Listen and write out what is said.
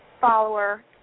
follower